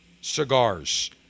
cigars